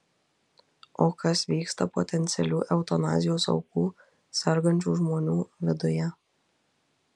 o kas vyksta potencialių eutanazijos aukų sergančių žmonių viduje